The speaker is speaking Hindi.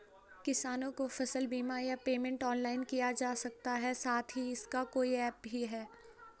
किसानों को फसल बीमा या पेमेंट ऑनलाइन किया जा सकता है साथ ही इसका कोई ऐप भी है?